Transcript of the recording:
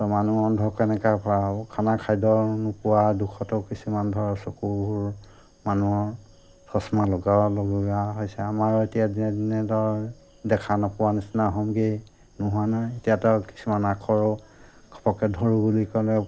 মানুহ অন্ধ কেনেকৈ কৰা হ'ব খানা খাদ্য নোপোৱা দোষতো কিছুমান ধৰ চকুবোৰ মানুহৰ চচমা ল'ব লগা হৈছে আমাৰো এতিয়া দিনেদিনে ধৰ দেখা নোপোৱা নিচিনা হ'মগে নোহোৱা নহয় এতিয়াতে কিছুমান আখৰ ঘপককৈ ধৰোঁ বুলি ক'লে